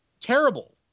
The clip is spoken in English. terrible